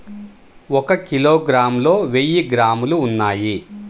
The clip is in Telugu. ఒక కిలోగ్రామ్ లో వెయ్యి గ్రాములు ఉన్నాయి